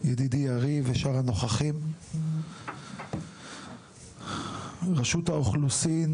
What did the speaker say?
ידידי יריב ושאר הנוכחים: רשות האוכלוסין,